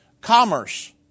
Commerce